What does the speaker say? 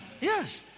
Yes